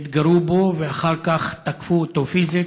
התגרו בו, ואחר כך תקפו אותו פיזית.